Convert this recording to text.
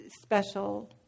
special